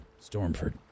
Stormford